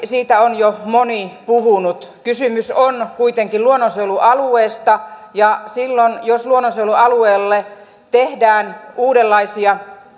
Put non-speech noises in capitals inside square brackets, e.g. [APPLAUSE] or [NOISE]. siitä on jo moni puhunut kysymys on kuitenkin luonnonsuojelualueesta ja silloin jos luonnonsuojelualueelle tehdään uudenlaisia [UNINTELLIGIBLE]